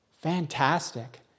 Fantastic